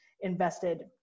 invested